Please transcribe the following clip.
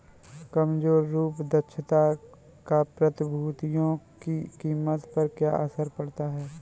कमजोर रूप दक्षता का प्रतिभूतियों की कीमत पर क्या असर पड़ता है?